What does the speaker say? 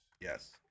Yes